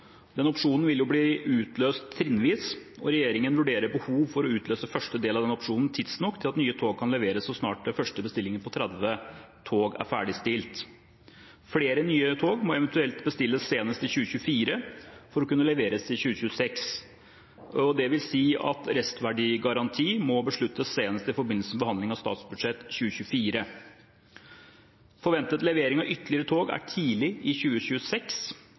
Den opsjonen vil bli utløst trinnvis, og regjeringen vurderer behov for å utløse første del av den opsjonen tidsnok til at nye tog kan leveres så snart den første bestillingen på 30 tog er ferdigstilt. Flere nye tog må eventuelt bestilles senest i 2024 for å kunne leveres i 2026. Det vil si at restverdigaranti må besluttes senest i forbindelse med behandlingen av statsbudsjettet for 2024. Forventet levering av ytterligere tog er tidlig i 2026,